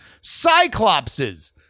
Cyclopses